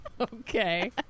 Okay